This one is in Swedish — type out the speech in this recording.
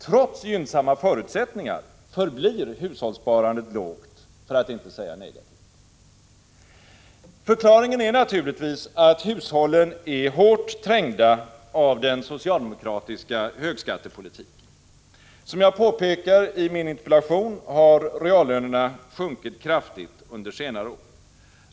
Trots gynnsamma förutsättningar förblir hushållssparandet lågt, för att inte säga negativt. Förklaringen är naturligtvis att hushållen är hårt trängda av den socialdemokratiska högskattepolitiken. Som jag påpekar i min interpellation har reallönerna sjunkit kraftigt under senare år.